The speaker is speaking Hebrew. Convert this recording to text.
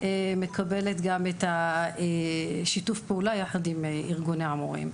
מקבלת גם את שיתוף הפעולה עם ארגוני המורים,